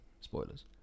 Spoilers